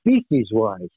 species-wise